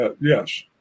Yes